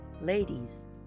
Ladies